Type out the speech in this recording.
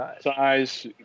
size